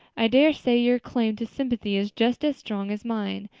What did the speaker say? i dare say your claim to sympathy is just as strong as mine.